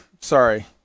Sorry